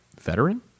veteran